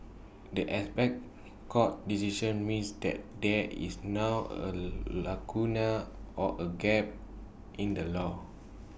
the apex court's decision means that there is now A lacuna or A gap in the law